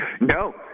No